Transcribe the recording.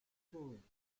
tourists